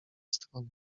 strony